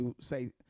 say